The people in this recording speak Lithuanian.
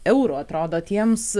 eurų atrodo tiems